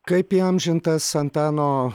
kaip įamžintas antano